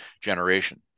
generation